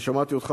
אני שמעתי אותך,